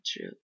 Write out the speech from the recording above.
true